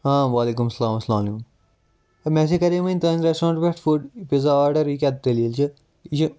ہاں وَعلیکُم سلام اَسلام علیکُم مےٚ ہَسا کَرے وٕنۍ تُہندِ ریٚسٹورنٹ پیٹھ فُڈ پِزا آرڈَر یہِ کیاہ دٔلیٖل چھِ